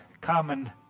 common